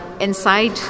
inside